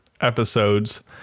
episodes